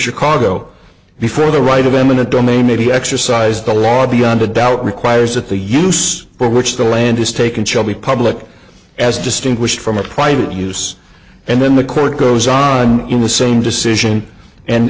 chicago before the right of eminent domain may be exercised the law beyond a doubt requires that the use for which the land is taken shall be public as distinguished from a private use and then the court goes on in the same decision and